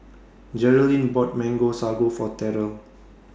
Jerrilyn bought Mango Sago For Terell